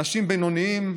אנשים בינוניים,